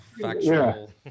factual